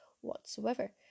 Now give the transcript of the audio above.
whatsoever